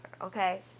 okay